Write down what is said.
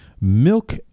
milk